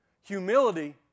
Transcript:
Humility